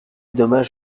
dommage